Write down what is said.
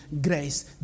grace